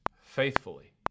faithfully